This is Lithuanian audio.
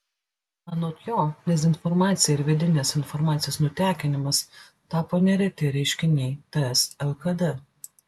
anot jo dezinformacija ir vidinės informacijos nutekinimas tapo nereti reiškiniai ts lkd